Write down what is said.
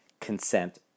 consent